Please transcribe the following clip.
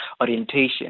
orientation